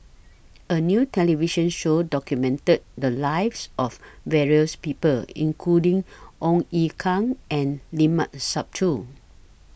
A New television Show documented The Lives of various People including Ong Ye Kung and Limat Sabtu